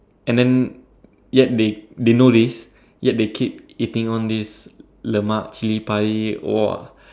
and then yet they they know this yet they keep eating all these lemak chili padi !wah!